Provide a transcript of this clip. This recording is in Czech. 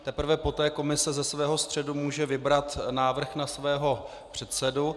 Teprve poté komise ze svého středu může vybrat návrh na svého předsedu.